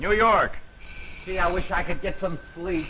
new york i wish i could get some sleep